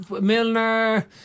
Milner